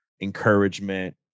encouragement